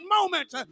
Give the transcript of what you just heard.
moment